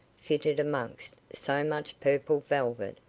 fitted amongst so much purple velvet,